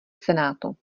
senátu